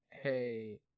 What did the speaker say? Hey